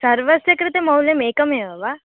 सर्वस्य कृते मौल्यम् एकमेव वा